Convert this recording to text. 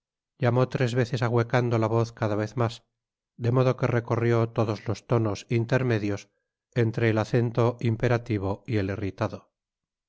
llamó tres veces ahuecando la voz cada vez mas de modo que recorrió todos los tonos intermedios entre el acento imperativo y el irritado